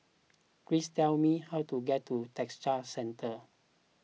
please tell me how to get to Textile Centre